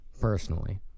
personally